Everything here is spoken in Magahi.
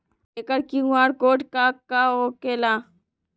एकर कियु.आर कोड का होकेला?